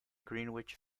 greenwich